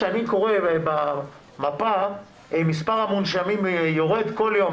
כשאני קורא במפה שמספר המונשמים יורד כל יום.